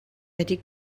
ydy